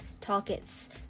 targets